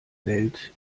welt